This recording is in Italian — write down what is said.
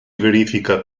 verifica